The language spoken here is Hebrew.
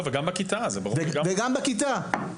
קל וחומר בכיתה.